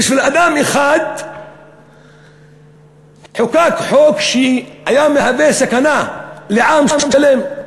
בשביל אדם אחד חוקק חוק שהיה מהווה סכנה לעם שלם.